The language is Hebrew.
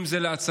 אם זה להצגה,